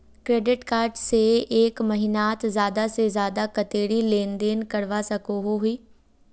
Credit card से एक महीनात ज्यादा से ज्यादा कतेरी लेन देन करवा सकोहो ही?